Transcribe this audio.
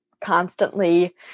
constantly